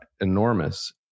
enormous